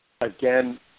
Again